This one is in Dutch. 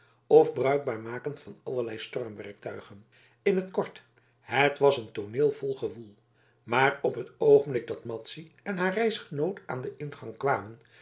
of bruikbaar maken van allerlei storm werktuigen in t kort het was een tooneel vol gewoel maar op het oogenblik dat madzy en haar reisgenoot aan den ingang kwamen